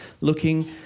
looking